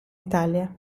italia